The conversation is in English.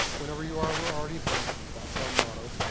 whenever you are, we are already then. that's our motto.